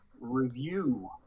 Review